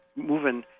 moving